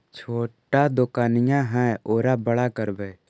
छोटा दोकनिया है ओरा बड़ा करवै?